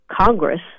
congress